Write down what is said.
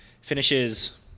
finishes